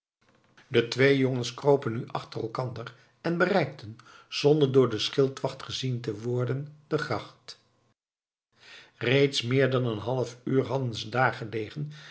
de twee jongens kropen nu achter elkander en bereikten zonder door den schildwacht gezien te worden de gracht reeds meer dan een half uur hadden ze